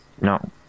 No